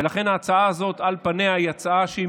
ולכן ההצעה הזו על פניה היא מיותרת,